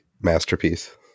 masterpiece